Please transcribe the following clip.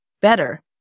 better